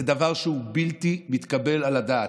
זה דבר שהוא בלתי מתקבל על הדעת.